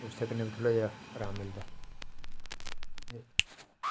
उसदे कन्नै बी थोह्ड़ा जेहा अराम मिलदा